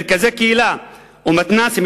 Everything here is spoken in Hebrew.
מרכזי קהילה או מתנ"סים,